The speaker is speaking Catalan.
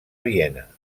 viena